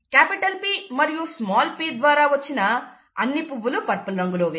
capital P మరియు small p ద్వారా వచ్చిన అన్ని పువ్వులు పర్పుల్ రంగు లో వే